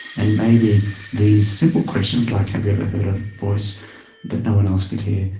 and maybe these simple questions, like have you ever heard a voice that no one else could hear,